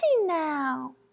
now